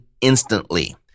instantly